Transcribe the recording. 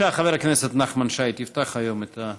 בבקשה, חבר הכנסת נחמן שי, תפתח היום את הנאומים.